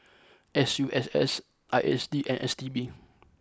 S U S S I S D and S T B